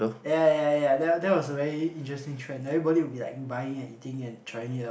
ya ya ya that that was a very interesting trend everybody would be like buying and eating and trying it out